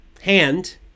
hand